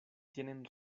tienen